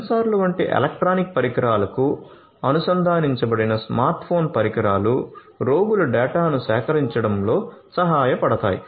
సెన్సార్లు వంటి ఎలక్ట్రానిక్ పరికరాలకు అనుసంధానించబడిన స్మార్ట్ ఫోన్ పరికరాలు రోగుల డేటాను సేకరించడంలో సహాయపడతాయి